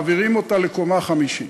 מעבירים אותה לקומה חמישית.